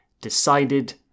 Decided